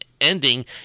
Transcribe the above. ending